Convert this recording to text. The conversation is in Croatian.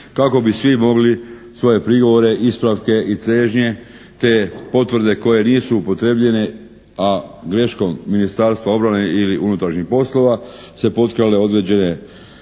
kako bi svi mogli svoje prigovore, ispravke i težnje te potvrde koje nisu upotrijebljene, a greškom Ministarstva obrane ili unutrašnjih poslova se potkrale određene greške